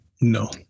No